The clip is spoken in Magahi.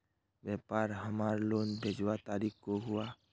व्यापार हमार लोन भेजुआ तारीख को हुआ?